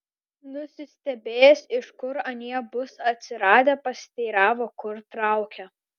nusistebėjęs iš kur anie bus atsiradę pasiteiravo kur traukia